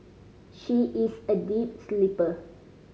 she is a deep sleeper